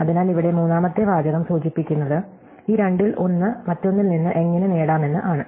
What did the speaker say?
അതിനാൽ ഇവിടെ മൂന്നാമത്തെ വാചകം സൂചിപ്പിക്കുന്നത് ഈ രണ്ടിൽ ഒന്ന് മറ്റൊന്നിൽ നിന്ന് എങ്ങനെ നേടാമെന്ന് ആണ്